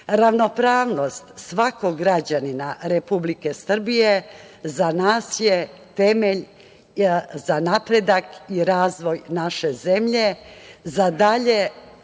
svakog građanina Republike Srbije za nas je temelj za napredak i razvoj naše zemlje, za dalje